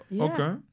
Okay